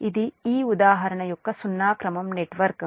ఇది ఈ ఉదాహరణ యొక్క సున్నా క్రమం నెట్వర్క్